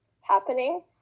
happening